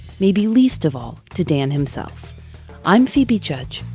maybe least of all to dan himself i'm phoebe judge.